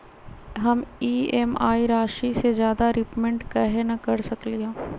हम ई.एम.आई राशि से ज्यादा रीपेमेंट कहे न कर सकलि ह?